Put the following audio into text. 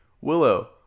willow